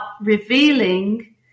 revealing